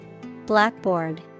Blackboard